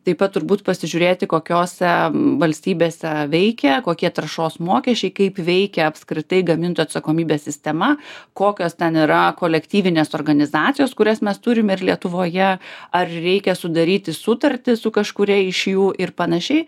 taip pat turbūt pasižiūrėti kokiose valstybėse veikia kokie taršos mokesčiai kaip veikia apskritai gamintojų atsakomybės sistema kokios ten yra kolektyvinės organizacijos kurias mes turime ir lietuvoje ar reikia sudaryti sutartis su kažkuria iš jų ir panašiai